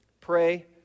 pray